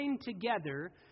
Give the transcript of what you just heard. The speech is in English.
together